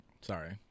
Sorry